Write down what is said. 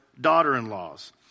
daughter-in-laws